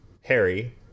Harry